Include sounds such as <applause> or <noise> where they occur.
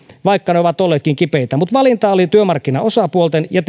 vaikka ne ovat olleetkin kipeitä mutta valinta oli työmarkkinaosapuolten ja <unintelligible>